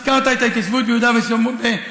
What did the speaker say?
הזכרת את ההתיישבות בגולן.